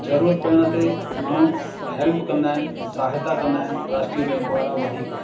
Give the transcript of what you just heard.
ज़रूरत पवण ते माण्हू हैल्प कंदा आहिनि सहायता कंदा आहिनि राष्ट्रीय बैंक वारा वधीक